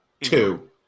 Two